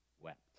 wept